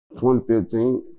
2015